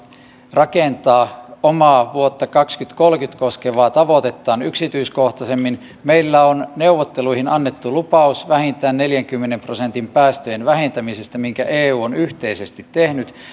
rakentaa omaa vuotta kaksituhattakolmekymmentä koskevaa tavoitettaan yksityiskohtaisemmin meillä on neuvotteluihin annettu lupaus vähintään neljänkymmenen prosentin päästöjen vähentämisestä minkä eu on yhteisesti tehnyt